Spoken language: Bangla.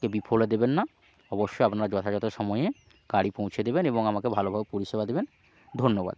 কে বিফলে দেবেন না অবশ্যই আপনারা যথাযথ সময়ে গাড়ি পৌঁছে দেবেন এবং আমাকে ভালোভাবে পরিষেবা দেবেন ধন্যবাদ